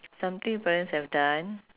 something parents have done